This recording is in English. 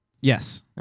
Yes